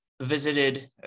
visited